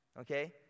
Okay